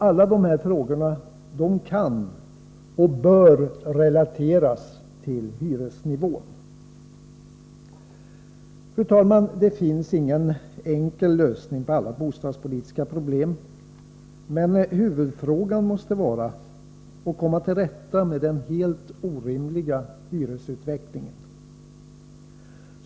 Alla de här frågorna kan och bör relateras till hyresnivån. Fru talman! Det finns ingen enkel lösning på alla bostadspolitiska problem, men huvudfrågan måste vara att komma till rätta med den helt orimliga hyresutvecklingen.